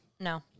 No